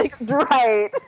Right